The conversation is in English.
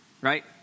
Right